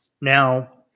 Now